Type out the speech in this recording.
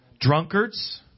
drunkards